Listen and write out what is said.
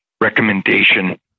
recommendation